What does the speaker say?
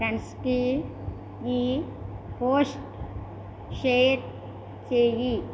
ఫ్రెండ్స్కి ఈ post share చేయి